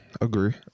Agree